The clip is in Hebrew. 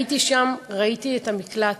הייתי שם, ראיתי את המקלט.